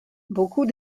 beaucoup